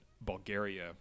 Bulgaria